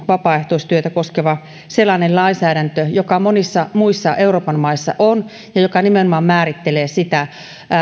vapaaehtoistyötä koskeva lainsäädäntö joka monissa muissa euroopan maissa on ja joka nimenomaan määrittelee